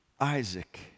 Isaac